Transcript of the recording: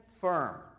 firm